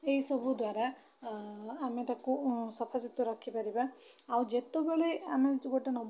ଏଇସବୁ ଦ୍ଵାରା ଆମେ ତାକୁ ସଫାସୁତୁରା ରଖିପାରିବା ଆଉ ଯେତେବେଳେ ଆମେ ହେଉଛି ଗୋଟେ ନବ